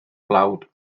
blawd